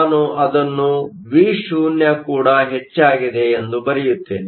ನಾನು ಅದನ್ನು Vo ಕೂಡ ಹೆಚ್ಚಾಗಿದೆ ಎಂದು ಬರೆಯುತ್ತೇನೆ